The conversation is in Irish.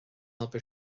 obair